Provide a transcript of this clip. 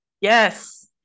Yes